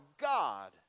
God